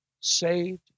saved